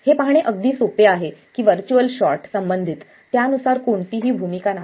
हे पाहणे अगदी सोपे आहे की व्हर्च्युअल शॉर्ट संबंधित त्यानुसार कोणतीही भूमिका नाही